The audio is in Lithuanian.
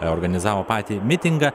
organizavo patį mitingą